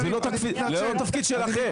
זה לא התפקיד שלכם.